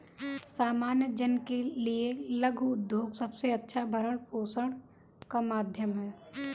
सामान्य जन के लिये लघु उद्योग सबसे अच्छा भरण पोषण का माध्यम है